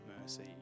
mercy